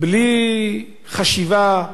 בלי חשיבה,